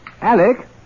Alec